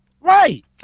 right